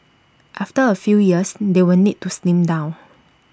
after A few years they will need to slim down